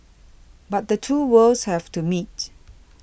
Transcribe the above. but the two worlds have to meet